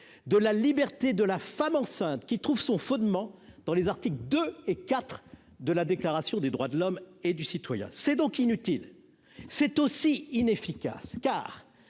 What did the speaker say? de la liberté de la femme enceinte qui trouve son fondement dans les articles 2 et 4 de la déclaration des droits de l'homme et du citoyen, c'est donc inutile, c'est aussi inefficace,